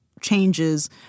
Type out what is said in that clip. changes